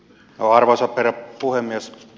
arvoisa herra puhemies